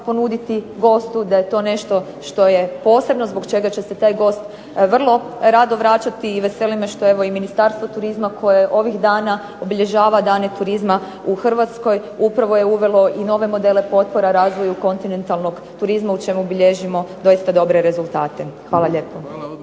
ponuditi gostu, da je to nešto što je posebno zbog čega će se taj gost vrlo rado vraćati i veseli me što je Ministarstvo turizma koje ovih dana obilježava dane turizma u Hrvatskoj upravo je uvelo nove modele potpora razvoju kontinentalnog turizma u čemu bilježimo dosta dobre rezultate. Hvala lijepo. **Bebić, Luka